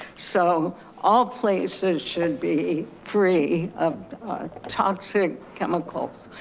so all places should be free of toxic chemicals.